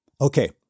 Okay